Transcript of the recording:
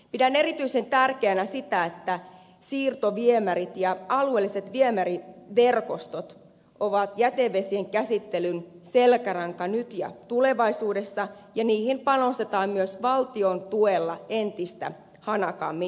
pidän erityisen tärkeänä sitä että siirtoviemärit ja alueelliset viemäriverkostot ovat jätevesien käsittelyn selkäranka nyt ja tulevaisuudessa ja niihin panostetaan myös valtion tuella entistä hanakammin